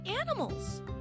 animals